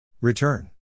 return